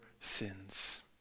sins